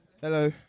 Hello